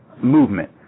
movement